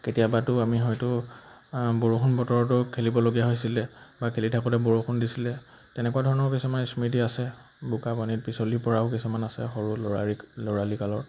কেতিয়াবাতো আমি হয়তো বৰষুণ বতৰটো খেলিবলগীয়া হৈছিলে বা খেলি থাকোঁতে বৰষুণ দিছিলে তেনেকুৱা ধৰণৰ কিছুমান স্মৃতি আছে বোকা পানীত পিছলি পৰাও কিছুমান আছে সৰু ল'ৰা লৰালি কালৰ